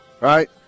Right